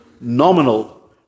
nominal